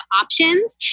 options